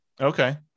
Okay